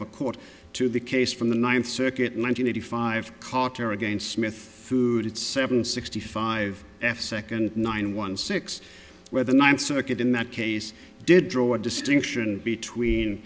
of a court to the case from the ninth circuit in one hundred eighty five carter against smith food seven sixty five f second nine one six where the ninth circuit in that case did draw a distinction between